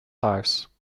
house